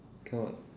come on